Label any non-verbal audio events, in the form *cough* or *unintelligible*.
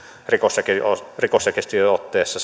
rikosrekisteriotteessa *unintelligible*